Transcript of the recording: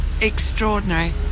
Extraordinary